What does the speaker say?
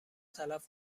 تلف